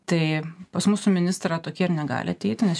tai pas mūsų ministrą tokie ir negali ateiti nes